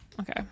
Okay